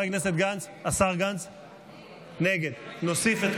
התשפ"ד 2023, נתקבל.